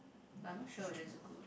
but I'm not sure whether is good